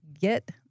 get